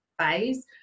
phase